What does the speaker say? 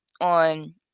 on